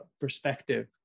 perspective